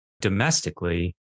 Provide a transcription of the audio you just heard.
domestically